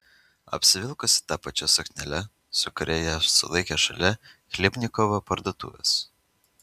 apsivilkusi ta pačia suknele su kuria ją sulaikė šalia chlebnikovo parduotuvės